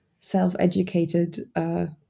self-educated